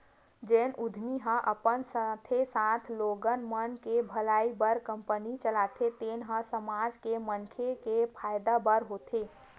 जेन उद्यमी ह अपन साथे साथे लोगन मन के भलई बर कंपनी चलाथे तेन ह समाज के मनखे के फायदा बर होथे